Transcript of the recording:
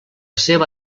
seva